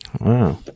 Wow